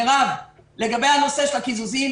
לגבי הנושא של הקיזוזים,